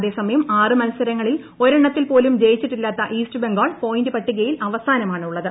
അതേസമയം ആറ് മത്സരങ്ങളിൽ ഒരെണ്ണത്തിൽ പോലും ജയിച്ചിട്ടില്ലാത്ത ഈസ്റ്റ് ബംഗാൾ പോയിന്റ് പട്ടികയിൽ അവസാനമാണുള്ളത്